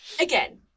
again